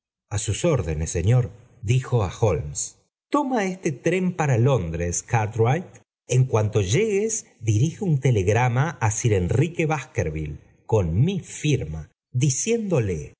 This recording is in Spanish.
a sus órdenes señor dijo'á tlolmes toma este tren para londres cartwright en cuanto llegues dirige un telegrama á sir enrique baskerville con mi firma diciéndolo